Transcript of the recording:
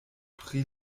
pri